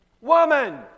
Woman